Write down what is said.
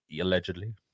allegedly